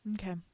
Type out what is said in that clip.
Okay